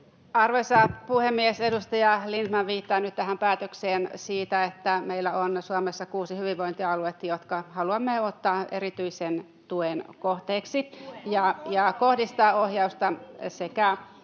Arvoisa puhemies! Edustaja Lindtman viittaa nyt tähän päätökseen siitä, että meillä on Suomessa kuusi hyvinvointialuetta, jotka haluamme ottaa erityisen tuen kohteeksi ja kohdistaa ohjausta.